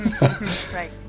right